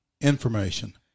information